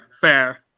Fair